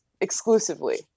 exclusively